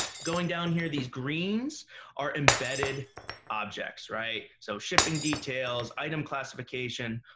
going down here, these greens are embedded objects, right? so shipping details, item classification.